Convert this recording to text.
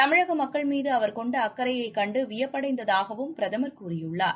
தமிழக மக்கள் மீது அவர் கொண்ட அக்கறையைக் கண்டு வியப்படைந்ததாகவும் பிரதமர் கூறியுள்ளார்